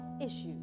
issues